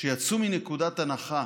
שיצאו מנקודת הנחה